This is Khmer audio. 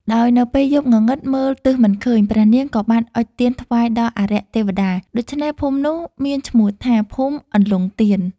ដោយនៅពេលយប់ងងឹតមើលទិសមិនឃើញ ព្រះនាងក៏បានអុជទៀនថ្វាយដល់អារក្សទេវតា ដូច្នេះភូមិនោះមានឈ្មោះថា ភូមិអន្លង់ទៀន។